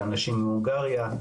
ואנשים מהונגריה,